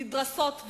נדרסות,